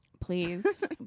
Please